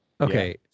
Okay